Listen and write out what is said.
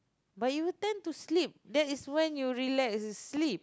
but you tend to sleep that's when you relax it's sleep